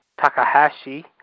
Takahashi